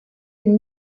den